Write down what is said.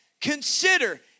Consider